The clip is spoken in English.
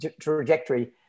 trajectory